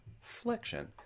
flexion